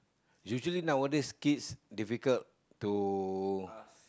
usually nowadays kids difficult to